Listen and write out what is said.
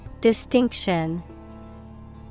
Distinction